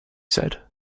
said